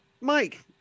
Mike